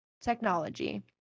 technology